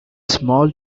small